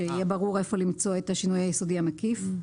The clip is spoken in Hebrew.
שיהיה ברור היכן למצוא את השינוי היסודי המקיף.